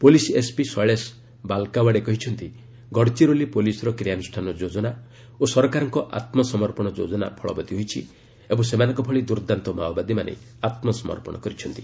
police SP Shailesh Balkawade କହିଛନ୍ତି ଗଡ଼ଚିରୋଲି ପୁଲିସ୍ର କ୍ରିୟାନୁଷ୍ଠାନ ଯୋଜନା ଓ ସରକାରଙ୍କ ଆତ୍ମସମର୍ପଣ ଯୋଜନା ଫଳବତି ହୋଇଛି ଓ ସେମାନଙ୍କ ଭଳି ଦୂର୍ଦ୍ଦାନ୍ତ ମାଓବାଦୀମାନେ ଆତ୍କସମର୍ପଣ କରିଛନ୍ତି